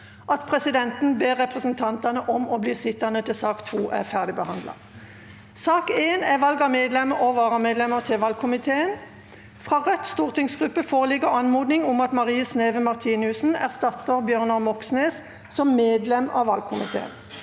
at presidenten ber representantene om å bli sittende til sak nr. 2 er ferdigbehandlet. Sak nr. 1 Valg av medlem og varamedlem til valgkomiteen Presidenten Fra Rødts stortingsgruppe foreligger anmodning om at Marie Sneve Martinussen erstatter Bjørnar Moxnes som medlem av valgkomiteen.